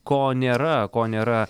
ko nėra ko nėra